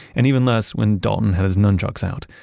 and even less when dalton had his nunchucks out.